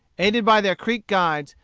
aided by their creek guides,